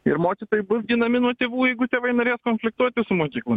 ir mokytojai bus ginami nuo tėvų jeigu tėvai norės konfliktuoti su mokykla